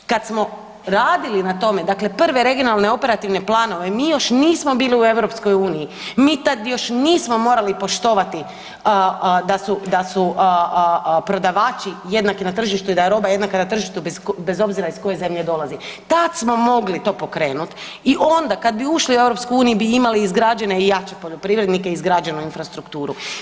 Kad smo radili na tome dakle prve regionalne operativne planove, mi još nismo bili u EU, mi tad još nismo morali poštovati da su prodavači jednaki na tržištu i da je roba jednaka na tržištu bez obzira iz koje zemlje dolazi, tad smo mogli to pokrenut i onda kad bi ušli u EU imali bi izgrađene i jače poljoprivrednike izgrađenu infrastrukturu.